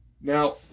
Now